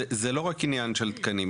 זה לא רק עניין של תקנים,